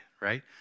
right